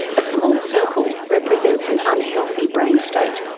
a small circle represents an unhealthy brain state,